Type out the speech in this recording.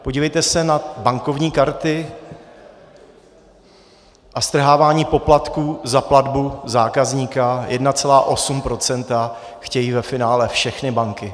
Podívejte se na bankovní karty a strhávání poplatků za platbu zákazníka 1,8 procenta chtějí ve finále všechny banky.